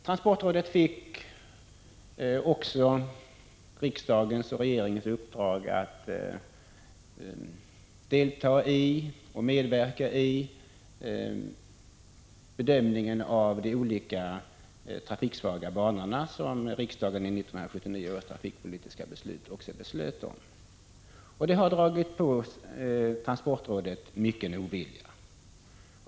Transportrådet fick också riksdagens och regeringens uppdrag att medverka vid bedömningen av de olika trafiksvaga banor som också ingick i 1979 års trafikpolitiska beslut. Detta har dragit på transportrådet mycken ovilja.